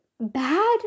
bad